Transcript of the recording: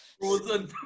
frozen